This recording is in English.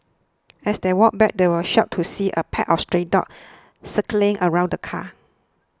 as they walked back they were shocked to see a pack of stray dogs circling around the car